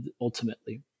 ultimately